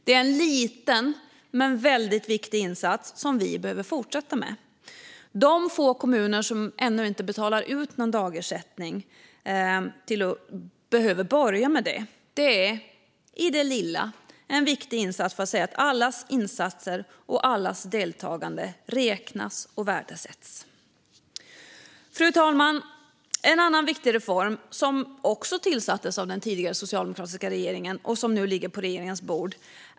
Det är en liten men väldigt viktig insats som behöver fortsätta, och de få kommuner som ännu inte betalar ut någon dagersättning behöver börja med det. Det är i det lilla ett viktigt bidrag för att säga att allas insatser och allas deltagande räknas och värdesätts. Fru talman! En annan utredning, som också tillsattes av den tidigare socialdemokratiska regeringen, har lämnat ett viktigt betänkande som nu ligger på regeringens bord.